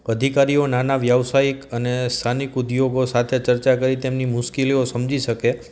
અધિકારીઓ નાના વ્યવસાયિક અને સ્થાનિક ઉદ્યોગો સાથે ચર્ચા કરી તેમની મુશ્કેલીઓ સમજી શકે